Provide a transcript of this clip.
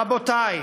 רבותי,